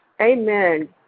Amen